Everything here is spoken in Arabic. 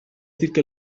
تلك